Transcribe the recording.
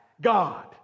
God